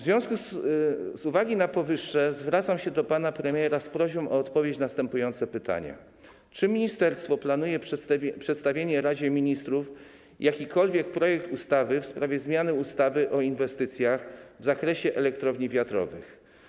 Z uwagi na powyższe zwracam się do pana premiera z prośbą o odpowiedź na następujące pytania: Czy ministerstwo planuje przedstawić Radzie Ministrów jakikolwiek projekt ustawy w sprawie zmiany ustawy o inwestycjach w zakresie elektrowni wiatrowych?